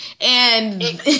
And-